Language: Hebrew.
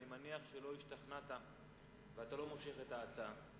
אני מניח שלא השתכנעת ואתה לא מושך את ההצעה.